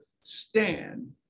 stand